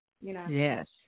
Yes